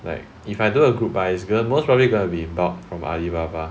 like if I do a group buy it's gonna most probably gonna be bought from Alibaba